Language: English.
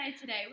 today